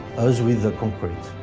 as with concrete.